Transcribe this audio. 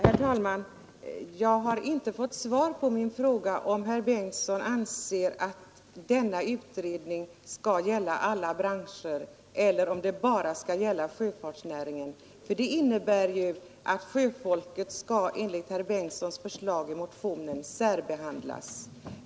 Herr talman! Jag har inte fått svar på min fråga om herr Bengtson anser att denna utredning skall gälla alla branscher eller bara sjöfartsnäringen. Det senare skulle innebära att sjöfolket enligt herr Bengtsons förslag i motionen skall särbehandlas.